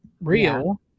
Real